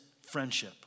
friendship